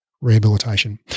Rehabilitation